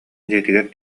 дьиэтигэр